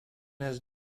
had